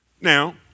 Now